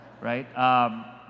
right